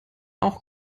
auch